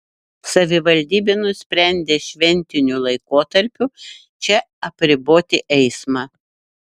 savivaldybė nusprendė šventiniu laikotarpiu čia apriboti eismą